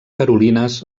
carolines